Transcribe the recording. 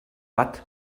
watt